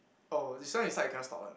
oh this one inside cannot stop one